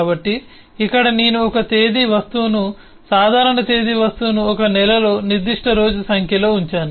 కాబట్టి ఇక్కడ నేను ఒక తేదీ వస్తువును సాధారణ తేదీ వస్తువును ఒక నెలలో నిర్దిష్ట రోజు సంఖ్యలో ఉంచాను